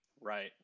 Right